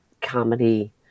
comedy